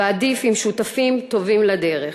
ועדיף עם שותפים טובים לדרך.